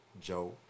Joe